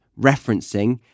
referencing